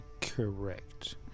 Correct